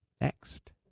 next